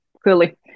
clearly